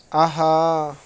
آہا